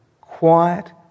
quiet